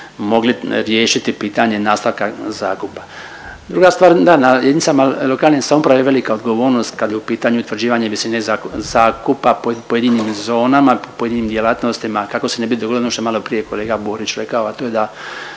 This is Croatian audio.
mogli riješiti pitanje nastavka zakupa. Druga stvar da na jedinicama lokalne samouprave je velika odgovornost kada je u pitanju utvrđivanje visine zakupa po pojedinim zonama, pojedinim djelatnostima kako se ne bi dogodilo ono što je maloprije kolega Borić rekao, a to je da